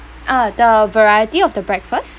uh the variety of the breakfast